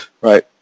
Right